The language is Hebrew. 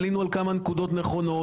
עלינו על כמה נקודות נכונות.